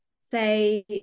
say